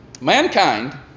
Mankind